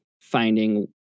finding